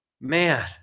man